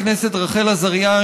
חברת הכנסת רחל עזריה,